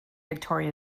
victoria